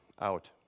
out